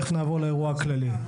תכף נעבור לאירוע הכללי.